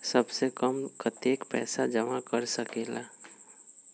सबसे कम कतेक पैसा जमा कर सकेल?